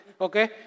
okay